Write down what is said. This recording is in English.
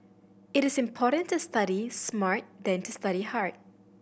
it is important to study smart than to study hard